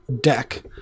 deck